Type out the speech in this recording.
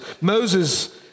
Moses